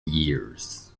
years